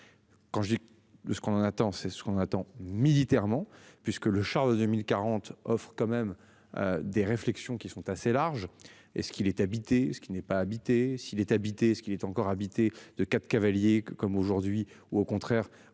Quand je dis de ce qu'on attend c'est ce qu'on attend militairement puisque le 2040 offrent quand même. Des réflexions qui sont assez larges et ce qu'il est habité, ce qui n'est pas habitée, s'il est habité ce qu'il est encore habité de 4 cavaliers comme aujourd'hui, ou au contraire